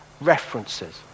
references